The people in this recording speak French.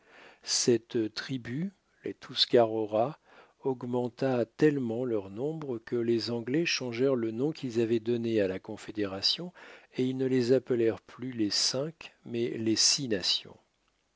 cette tribu les tuscaroras augmenta tellement leur nombre que les anglais changèrent le nom qu'ils avaient donné à la confédération et ils ne les appelèrent plus les cinq mais les